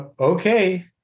Okay